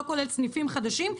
לא כולל סניפים חדשים.